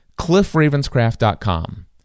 cliffravenscraft.com